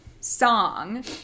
song